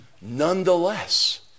nonetheless